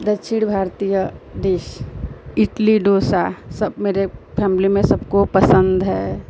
दक्षिण भारतीय डिश इडली डोसा सब मेरी फ़ैमिली में सबको पसन्द है